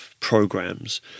Programs